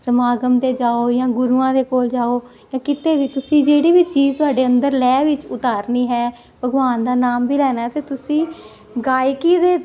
ਸਮਾਗਮ ਤੇ ਜਾਓ ਜਾਂ ਗੁਰੂਆਂ ਦੇ ਕੋਲ ਜਾਓ ਜਾ ਕਿਤੇ ਵੀ ਤੁਸੀਂ ਜਿਹੜੀ ਵੀ ਚੀਜ਼ ਤੁਹਾਡੇ ਅੰਦਰ ਲੈ ਵਿੱਚ ਉਤਾਰਨੀ ਹੈ ਭਗਵਾਨ ਦਾ ਨਾਮ ਵੀ ਲੈਣਾ ਤੇ ਤੁਸੀਂ ਗਾਇਕੀ ਦੇ